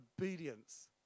obedience